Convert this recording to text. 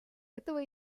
этого